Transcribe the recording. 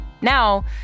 Now